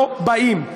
לא באים.